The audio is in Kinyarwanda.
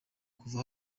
kuva